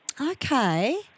Okay